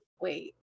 wait